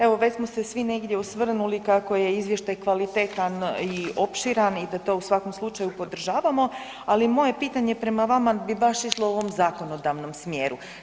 Evo već smo se svi negdje osvrnuli kako je izvještaj kvalitetan i opširan i da to u svakom slučaju podržavamo, ali moje pitanje prema vama bi baš išlo u ovom zakonodavnom smjeru.